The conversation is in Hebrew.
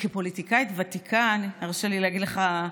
וכפוליטיקאית ותיקה תרשה לי להגיד לך,